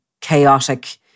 chaotic